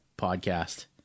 podcast